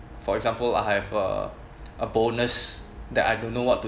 for example I have a a bonus that I don't know what to